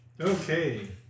Okay